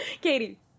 Katie